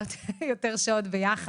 אנחנו מבלות יותר שעות ביחד.